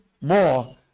more